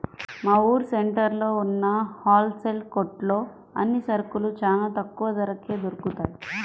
మా ఊరు సెంటర్లో ఉన్న హోల్ సేల్ కొట్లో అన్ని సరుకులూ చానా తక్కువ ధరకే దొరుకుతయ్